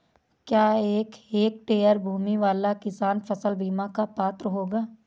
क्या एक हेक्टेयर भूमि वाला किसान फसल बीमा का पात्र होगा?